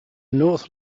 north